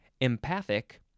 empathic